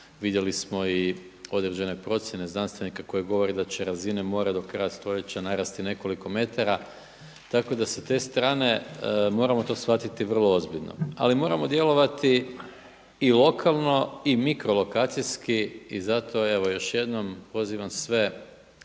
Vidjeli smo i određene procjene znanstvenika koje govore da će razine mora do kraja stoljeća narasti nekoliko metara. Tako da sa te strane moramo to shvatiti vrlo ozbiljno. Ali moramo djelovati i lokalno i mikrolokacijski i zato evo još jednom pozivam sve